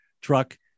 truck